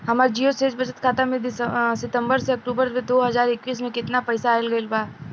हमार जीरो शेष बचत खाता में सितंबर से अक्तूबर में दो हज़ार इक्कीस में केतना पइसा आइल गइल बा?